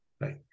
right